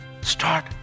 Start